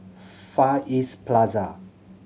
Far East Plaza